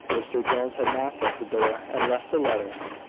mr jones had knocked at the door, and left a letter.